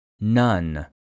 None